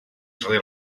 sri